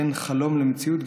בין חלום ומציאות,